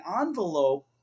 envelope